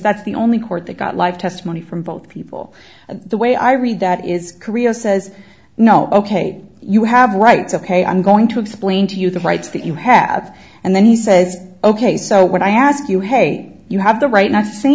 that's the only court that got live testimony from both people the way i read that is korea says no ok you have rights ok i'm going to explain to you the rights that you have and then he says ok so when i ask you hey you have the right not